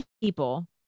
people